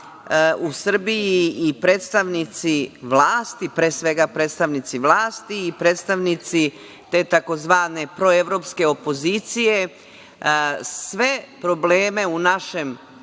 u Srbiji i predstavnici vlasti, pre svega predstavnici vlasti, i predstavnici te tzv. proevropske opozicije sve probleme u našem